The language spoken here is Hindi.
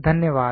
धन्यवाद